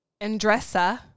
Andressa